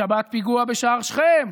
בשבת פיגוע בשער שכם,